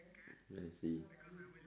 I see